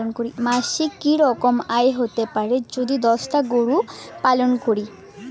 মাসিক কি রকম আয় হতে পারে যদি দশটি গরু পালন করি?